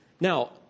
Now